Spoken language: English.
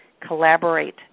collaborate